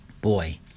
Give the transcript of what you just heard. Boy